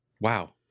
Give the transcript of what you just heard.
wow